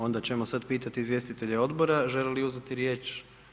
Onda ćemo sad pitati izvjestitelje odbora žele li uzeti riječ?